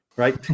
right